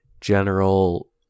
general